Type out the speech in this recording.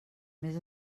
més